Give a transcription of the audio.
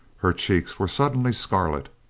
her cheeks were suddenly scarlet.